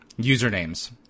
usernames